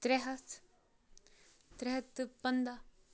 ترٛےٚ ہَتھ ترٛےٚ ہَتھ تہٕ پنٛداہ